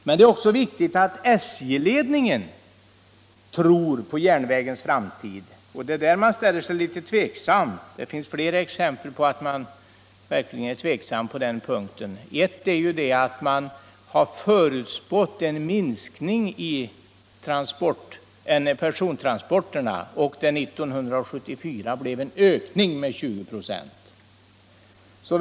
Men det är också viktigt att SJ-ledningen tror på järnvägens framtid. I det avseendet ställer man sig emellertid litet undrande. Det finns flera exempel som ger anledning till tveksamhet på den punkten. En sak är att man hade förutspått en minskning av persontransporterna för år 1974 men att det blev en ökning med 20 96.